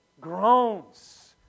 groans